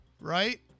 right